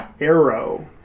arrow